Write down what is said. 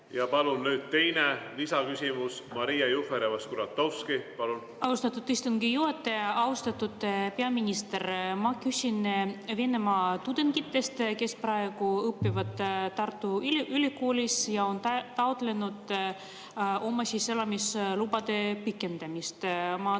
Palun nüüd teine lisaküsimus. Maria Jufereva-Skuratovski, palun! Austatud istungi juhataja! Austatud peaminister! Ma küsin Venemaa tudengite kohta, kes õpivad Tartu Ülikoolis ja on taotlenud oma elamisloa pikendamist.